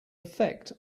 effect